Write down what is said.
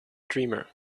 dreamer